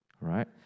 right